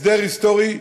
הסדר היסטורי.